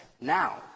now